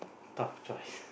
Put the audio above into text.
tough choice